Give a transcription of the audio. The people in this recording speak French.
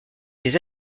les